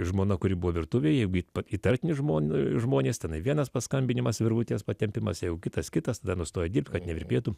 žmona kuri buvo virtuvėj jeigu įtartini žmonės žmonės tenai vienas paskambinimas virvutės patempimas jau kitas kitas tada nustoja dirbt kad nevirpėtų